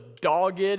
dogged